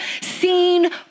seen